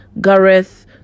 Gareth